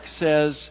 says